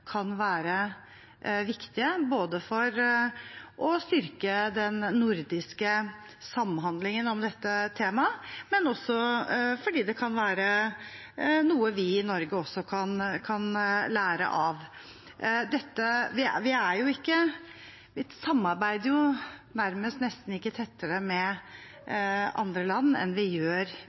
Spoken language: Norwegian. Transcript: kan være viktige for å styrke den nordiske samhandlingen om dette temaet. Det kan også være noe vi i Norge kan lære av. Vi samarbeider nesten ikke tettere med andre land enn vi gjør i Norden. Vi er